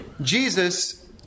Jesus